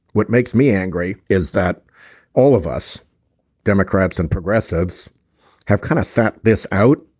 what makes me angry is that all of us democrats and progressives have kind of set this out.